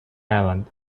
island